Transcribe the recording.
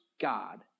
God